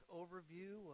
overview